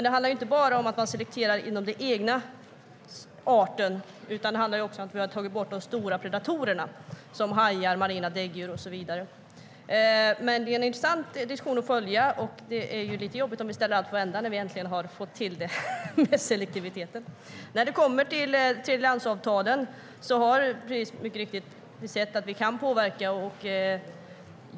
Det handlar inte bara om att man selekterar inom den egna arten, utan det handlar också om att vi har tagit bort de stora predatorerna, som hajar, marina däggdjur och så vidare. Men det är en intressant diskussion att följa, och det är lite jobbigt om vi ställer allt på ända när vi äntligen har fått till det med selektiviteten. När det kommer till tredjelandsavtalen har vi mycket riktigt sett att vi kan påverka.